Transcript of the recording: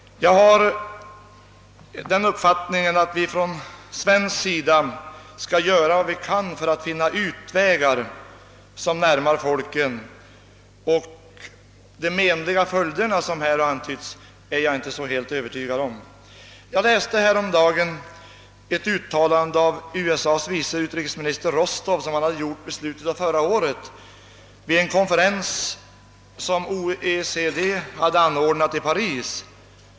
Enligt min mening skall vi på svensk sida göra vad vi kan för att finna ut vägar som närmar folken till varandra. Att det skulle bli sådana menliga följder som här antytts är jag, som sagt, inte så helt övertygad om. Jag läste häromdagen ett uttalande som USA:s vice utrikesminister, Rostov, gjort vid en av OECD i slutet av november anordnad konferens i Paris.